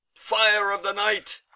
fire of the night,